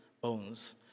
bones